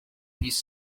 these